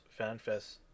FanFest